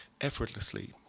effortlessly